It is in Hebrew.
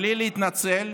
בלי להתנצל,